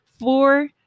Four